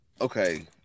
Okay